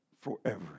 forever